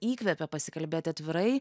įkvepia pasikalbėti atvirai